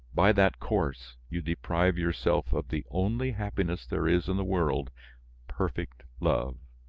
by that course, you deprive yourself of the only happiness there is in the world perfect love.